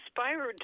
inspired